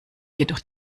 jedoch